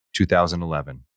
2011